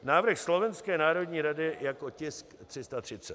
Návrh Slovenské národní rady jako tisk 330.